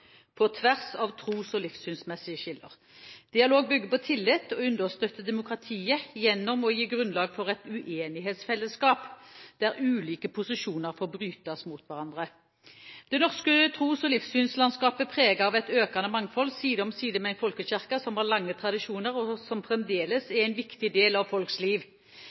på tvers av tro og livssynsmessige skiller. Dialog bygger på tillit og understøtter demokratiet gjennom å gi grunnlag for et uenighetsfellesskap der ulike posisjoner får brytes mot hverandre. Det norske tros- og livssynslandskapet er preget av et økende mangfold side om side med en folkekirke som har lange tradisjoner, og som fremdeles er en viktig del av folks liv.